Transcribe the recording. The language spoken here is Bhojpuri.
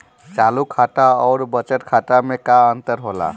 चालू खाता अउर बचत खाता मे का अंतर होला?